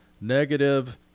negative